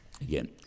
Again